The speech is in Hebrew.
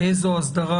ואיזו אסדרה,